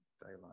daylight